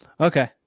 Okay